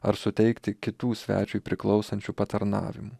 ar suteikti kitų svečiui priklausančių patarnavimų